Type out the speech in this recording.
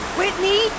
Whitney